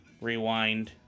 rewind